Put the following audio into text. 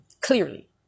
clearly